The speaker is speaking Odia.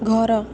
ଘର